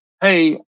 hey